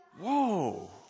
Whoa